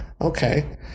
Okay